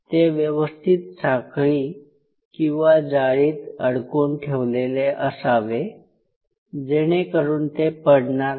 ते व्यवस्थित साखळी किंवा जाळीत अडकवून ठेवलेले असावे जेणेकरून ते पडणार नाही